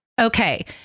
Okay